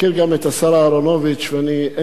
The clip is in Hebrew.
ואין לי ספק בכך שוודאי היתה לו איזו